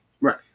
Right